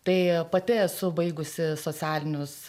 tai pati esu baigusi socialinius